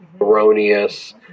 erroneous